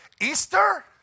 Easter